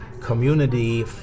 community